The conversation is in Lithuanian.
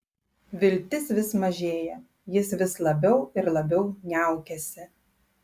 viltis vis mažėja jis vis labiau ir labiau niaukiasi